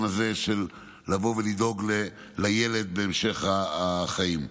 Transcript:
הזה של לבוא ולדאוג לילד בהמשך החיים.